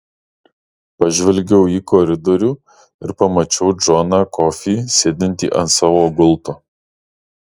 pažvelgiau į koridorių ir pamačiau džoną kofį sėdintį ant savo gulto